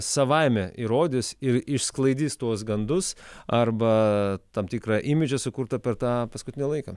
savaime įrodys ir išsklaidys tuos gandus arba tam tikrą imidžą sukurtą per tą paskutinį laiką